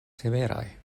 severaj